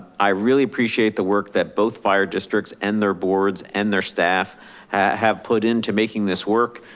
i really appreciate the work that both fire districts and their boards and their staff have have put into making this work.